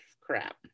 crap